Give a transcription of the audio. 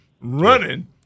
running